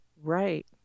Right